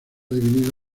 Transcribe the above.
dividido